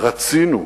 "רצינו".